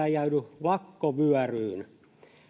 ei ajaudu lakkovyöryyn